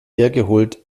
hergeholt